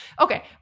okay